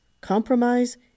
compromise